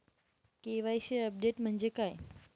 KYC update म्हणजे काय?